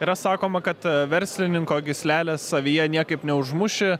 yra sakoma kad verslininko gyslelės savyje niekaip neužmuši